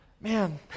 man